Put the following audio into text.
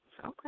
Okay